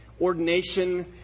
ordination